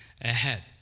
ahead